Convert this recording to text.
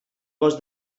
cos